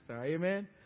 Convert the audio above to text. Amen